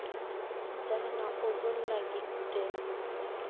ᱡᱟᱦᱟᱱᱟᱜ ᱳᱡᱚᱱ ᱞᱟᱹᱜᱤᱫ ᱛᱮ